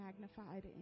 magnified